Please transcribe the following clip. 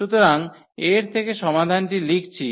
সুতরাং এর থেকে সমাধানটি লিখছি